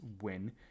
Win